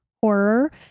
horror